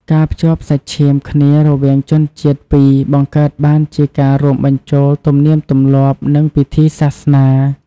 ការភ្ជាប់់សាច់ឈាមគ្នារវាងជនជាតិពីរបង្កើតបានជាការរួមបញ្ចូលទំនៀមទម្លាប់ និងពិធីសាសនា។